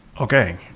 okay